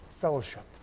fellowship